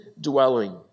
dwelling